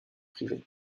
privé